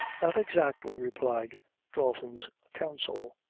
not exactly, replied dalton's counsel.